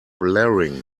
blaring